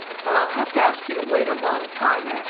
but i'll have to ask you to wait a long time, anne,